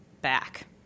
back